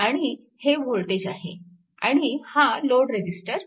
आणि हे वोल्टेज आहे आणि हा लोड रेजिस्टर R आहे